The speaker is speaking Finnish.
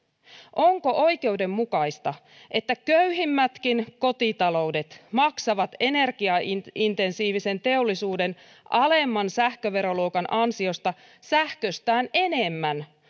onko oikeudenmukaista että köyhimmätkin kotitaloudet maksavat energiaintensiivisen teollisuuden alemman sähköveroluokan ansiosta sähköstään enemmän